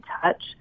touch